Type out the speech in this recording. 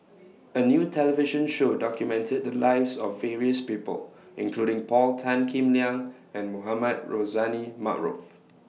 A New television Show documented The Lives of various People including Paul Tan Kim Liang and Mohamed Rozani Maarof